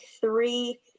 three